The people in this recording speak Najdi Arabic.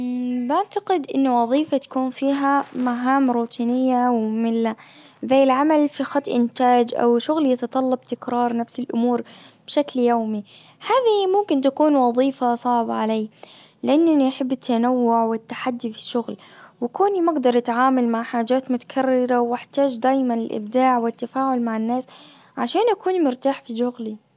بعتقد انه وظيفة تكون فيها مهام روتينية مملة زي العمل في خط انتاج او شغل يتطلب تكرار نفس الامور بشكل يومي. هذه ممكن تكون وظيفة صعبة علي لانني احب التنوع والتحدي في الشغل وكوني ما اقدر اتعامل مع حاجات متكررة واحتاج دايما الابداع والتفاعل مع الناس عشان اكون مرتاح في شغلي.